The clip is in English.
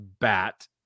bat